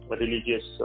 religious